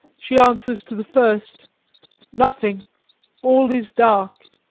she answers to the first nothing all is dark.